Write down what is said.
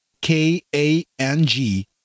K-A-N-G